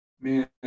Man